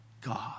God